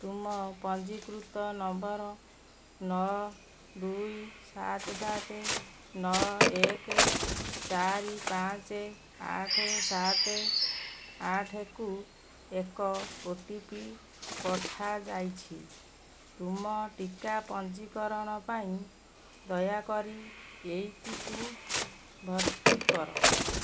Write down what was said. ତୁମ ପଞ୍ଜୀକୃତ ନମ୍ବର୍ ନଅ ଦୁଇ ସାତ ସାତ ନଅ ଏକ ଚାରି ପାଞ୍ଚ ଆଠ ସାତ ଆଠକୁ ଏକ ଓ ଟି ପି ପଠାଯାଇଛି ତୁମ ଟିକା ପଞ୍ଜୀକରଣ ପାଇଁ ଦୟାକରି ଏଇଟିକୁ ଭର୍ତ୍ତି କର